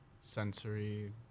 sensory